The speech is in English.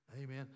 Amen